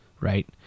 right